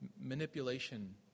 Manipulation